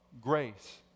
grace